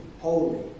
Holy